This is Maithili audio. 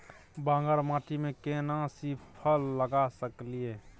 बांगर माटी में केना सी फल लगा सकलिए?